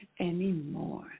anymore